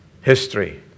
history